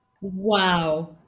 Wow